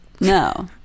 No